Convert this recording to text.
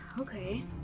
okay